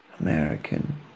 American